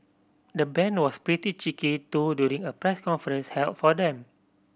the band was pretty cheeky too during a press conference held for them